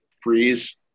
freeze